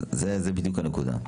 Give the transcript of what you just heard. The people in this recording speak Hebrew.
זו בדיוק הנקודה.